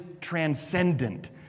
transcendent